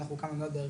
אנחנו כאן --- ארגון